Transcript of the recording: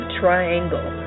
triangle